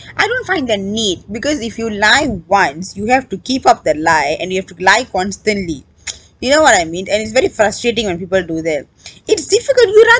I don't find the need because if you lie once you have to keep up that lie and you have to lie constantly you know what I mean and it's very frustrating when people do that it's difficult we